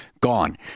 gone